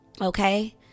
Okay